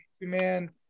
man